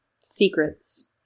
Secrets